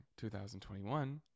2021